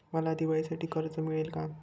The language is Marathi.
मला दिवाळीसाठी कर्ज मिळेल का?